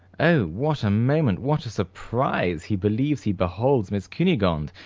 oh! what a moment! what surprise! he believes he beholds miss cunegonde?